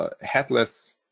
headless